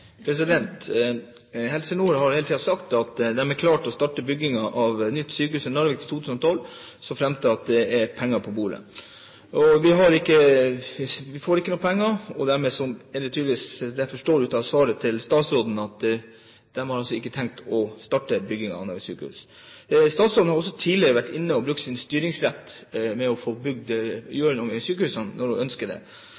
å starte byggingen av et nytt sykehus i Narvik i 2012, så fremt det er penger på bordet. Vi får ingen penger, og dermed er det tydelig, som jeg forstår av svaret til statsråden, at de ikke har tenkt å starte byggingen av Narvik sykehus. Statsråden har tidligere vært inne og brukt sin styringsrett for å